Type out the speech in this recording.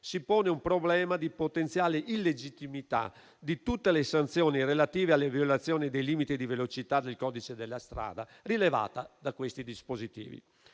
si pone un problema di potenziale illegittimità di tutte le sanzioni relative alle violazioni dei limiti di velocità del codice della strada rilevata da quei dispositivi.